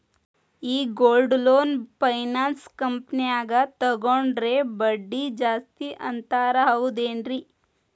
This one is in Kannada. ಈ ಗೋಲ್ಡ್ ಲೋನ್ ಫೈನಾನ್ಸ್ ಕಂಪನ್ಯಾಗ ತಗೊಂಡ್ರೆ ಬಡ್ಡಿ ಜಾಸ್ತಿ ಅಂತಾರ ಹೌದೇನ್ರಿ?